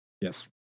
Yes